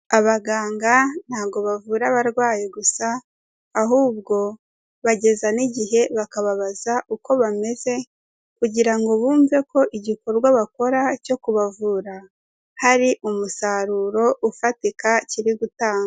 Abaganga ntago bavura abarwayi gusa ahubwo bageza n'igihe bakababaza uko bameze kugira ngo bumve ko igikorwa bakora cyo kubavura hari umusaruro ufatika kiri gutanga.